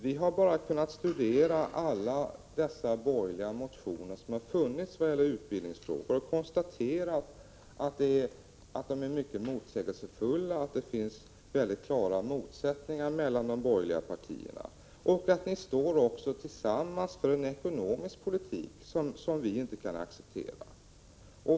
Vi har bara kunnat studera alla de borgerliga motionerna i utbildningsfrågor och konstaterat att de är mycket motsägelsefulla, att det finns klara motsättningar mellan de borgerliga partierna och att dessa tillsammans står för en ekonomisk politik som vi inte kan acceptera.